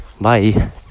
bye